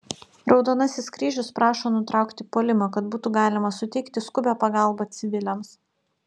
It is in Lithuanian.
raudonasis kryžius prašo nutraukti puolimą kad būtų galima suteikti skubią pagalbą civiliams